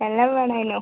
എല്ലാം വേണേയ്നു